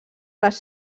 les